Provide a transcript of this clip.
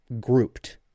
grouped